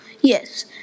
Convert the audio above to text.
Yes